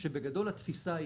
שבגדול התפיסה היא,